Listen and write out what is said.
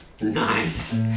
Nice